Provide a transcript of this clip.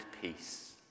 peace